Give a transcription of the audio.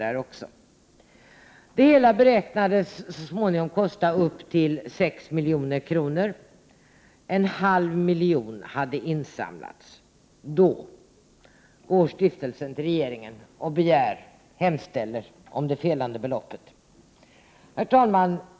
Det hela har så småningom beräknats kosta upp till 6 milj.kr. En halv miljon hade insamlats då stiftelsen gick till regeringen och hemställde om att få det felande beloppet. Herr talman!